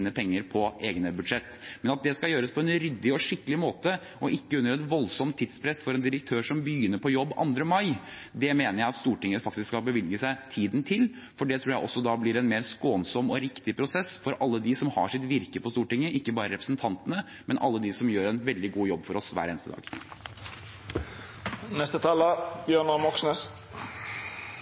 penger på egne budsjetter. Men at det skal gjøres på en ryddig og skikkelig måte og ikke under et voldsomt tidspress for en direktør som begynner på jobb 2. mai, mener jeg at Stortinget faktisk bør bevilge seg tiden til. Det tror jeg også blir en mer skånsom og riktig prosess for alle dem som har sitt virke på Stortinget, ikke bare for representantene, men for alle dem som gjør en veldig god jobb for oss hver eneste